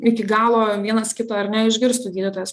iki galo vienas kitą ar ne išgirstų gydytojas